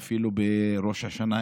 ואפילו בראש השנה,